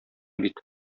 бит